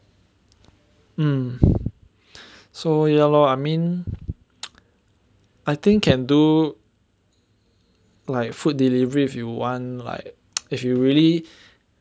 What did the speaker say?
mm so ya lor I mean I think can do like food delivery if you want like if you really